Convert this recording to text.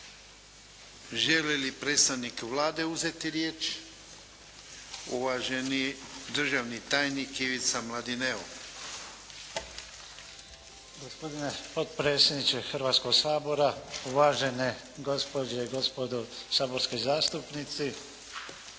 Želi li predstavnik Vlade uzeti riječ? Uvaženi državni tajnik Ivica Mladineo. **Mladineo, Ivica** Gospodine potpredsjedniče Hrvatskoga sabora, uvažene gospođe i gospodo saborski zastupnici.